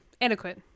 adequate